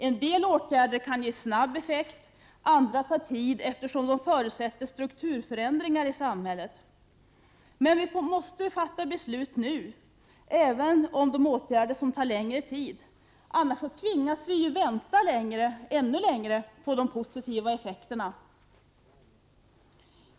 En del åtgärder kan ge snabb effekt medan andra ger långsammare, eftersom de senare förutsätter strukturförändringar i samhället. Men vi måste fatta beslut nu, även när det gäller de åtgärder som ger långsammare effekt. Annars tvingas vi ju vänta ännu längre på de positiva effekterna.